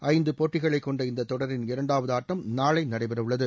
ஐந்து போட்டிகளை கொண்ட இந்த தொடரின் இரண்டாவது ஆட்டம் நாளை நடைபெறவுள்ளது